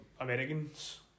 Americans